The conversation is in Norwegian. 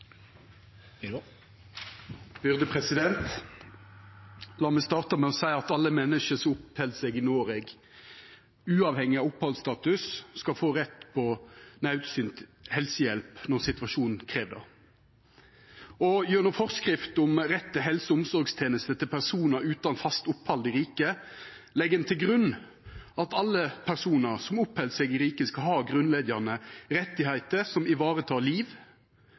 La meg starta med å seia at alle menneske som oppheld seg i Noreg, uavhengig av opphaldsstatus, skal få rett på naudsynt helsehjelp når situasjonen krev det. Gjennom forskrift om rett til helse- og omsorgstenester til personar utan fast opphald i riket legg ein til grunn at alle personar som oppheld seg i riket, skal ha grunnleggjande rettar som varetek liv